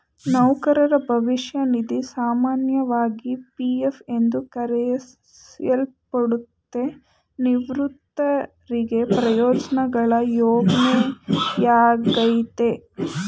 ನೌಕರರ ಭವಿಷ್ಯ ನಿಧಿ ಸಾಮಾನ್ಯವಾಗಿ ಪಿ.ಎಫ್ ಎಂದು ಕರೆಯಲ್ಪಡುತ್ತೆ, ನಿವೃತ್ತರಿಗೆ ಪ್ರಯೋಜ್ನಗಳ ಯೋಜ್ನೆಯಾಗೈತೆ